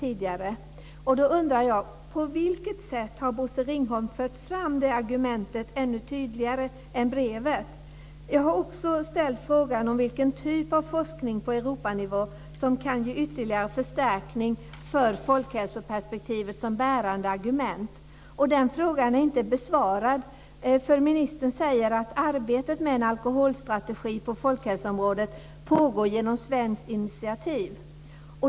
Jag undrar: Har Bosse Ringholm fört fram det argumentet ännu tydligare än i detta brev? Jag har ställt frågan om vilken typ av forskning på Europanivå som kan ge ytterligare förstärkning av folkhälsoperspektivet som bärande argument. Den frågan är inte besvarad. Ministern säger att arbetet med en alkoholstrategi på folkhälsoområdet pågår på svenskt initiativ.